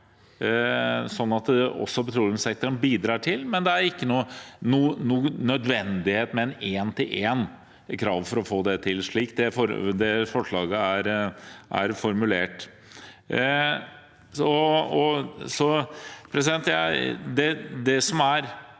sånn at også petroleumssektoren bidrar, men det er ikke noen nødvendighet med én til én i kravet for å få det til, slik det forslaget er formulert.